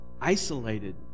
isolated